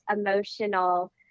emotional